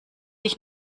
dich